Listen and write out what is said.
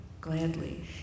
gladly